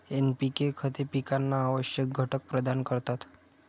NPK खते पिकांना आवश्यक घटक प्रदान करतात